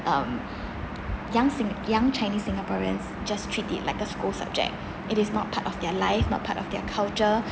um young sing~ young chinese singaporeans just treat it like a school subject it is not part of their life not part of their culture